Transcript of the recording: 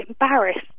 embarrassed